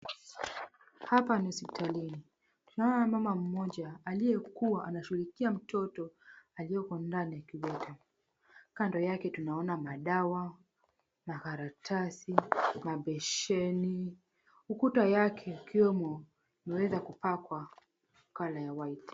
Hapa ni hospitali. Tunaona mama mmoja aliyekuwa anashughulikia mtoto aliyoko ndani ya inkyubeta. Tunaona madawa, makaratasi, mabesheni. Ukuta yake ikiwemo imeweza kupakwa colour ya white .